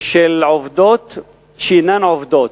של עובדות שאינן עובדות,